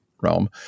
realm